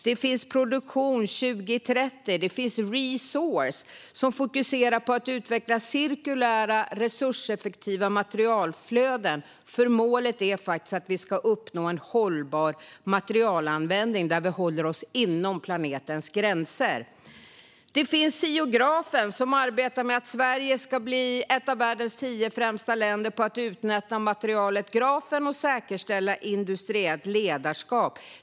Det är Produktion2030. Det är Re:source, som fokuserar på att utveckla cirkulära, resurseffektiva materialflöden. Målet är att uppnå en hållbar materialanvändning där vi håller oss inom planetens gränser. Det är SIO Grafen, som arbetar för att Sverige ska bli ett av världens tio främsta länder på att utnyttja materialet grafen och säkerställa industriellt ledarskap.